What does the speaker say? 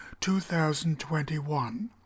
2021